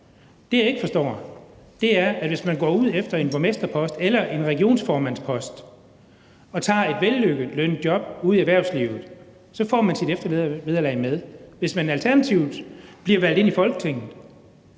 Det, jeg ikke forstår, er, at hvis man går ud efter en borgmesterpost eller en regionsformandspost og tager et vellønnet job ude i erhvervslivet, så får man sit eftervederlag med. Hvis man alternativt bliver valgt ind i Folketinget,